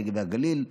הנגב והגליל,